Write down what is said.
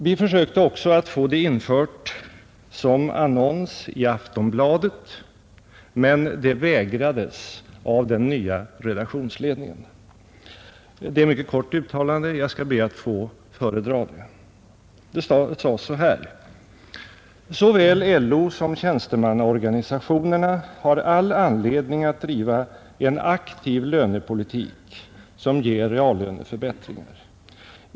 Vi försökte också få det infört som annons i Aftonbladet, men det vägrades oss av den nya redaktionsledningen. Det är ett mycket kort uttalande. Jag skall be att få föredra det: ”Såväl LO som tjänstemannaorganisationerna har all anledning att driva en aktiv lönepolitik som ger reallöneförbättringar.